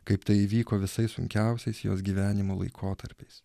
kaip tai įvyko visais sunkiausiais jos gyvenimo laikotarpiais